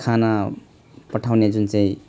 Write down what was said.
खाना पठाउने जुन चाहिँ